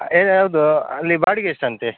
ಹೇ ಹೌದು ಅಲ್ಲಿ ಬಾಡಿಗೆ ಎಷ್ಟು ಅಂತೆ